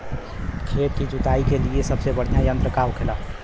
खेत की जुताई के लिए सबसे बढ़ियां यंत्र का होखेला?